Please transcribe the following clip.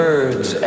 Birds